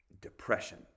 depression